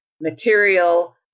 material